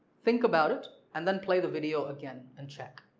think about it and then play the video again and check.